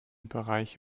bereich